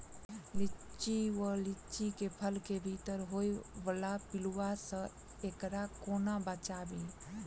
लिच्ची वा लीची केँ फल केँ भीतर होइ वला पिलुआ सऽ एकरा कोना बचाबी?